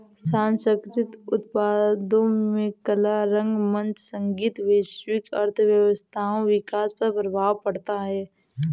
सांस्कृतिक उत्पादों में कला रंगमंच संगीत वैश्विक अर्थव्यवस्थाओं विकास पर प्रभाव पड़ता है